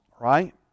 right